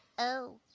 oh.